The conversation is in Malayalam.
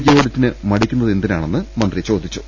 ജി ഓഡിറ്റിന് മടി ക്കുന്നത് എന്തിനാണെന്ന് അദ്ദേഹം ചോദിച്ചു